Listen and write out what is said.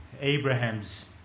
Abraham's